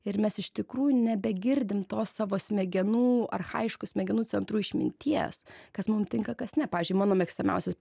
ir mes iš tikrųjų nebegirdim tos savo smegenų archajiškų smegenų centrų išminties kas mum tinka kas ne pavyzdžiui mano mėgstamiausias